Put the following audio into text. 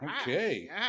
Okay